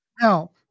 Now